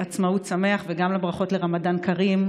לעצמאות שמח וגם לברכות לרמדאן כרים,